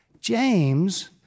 James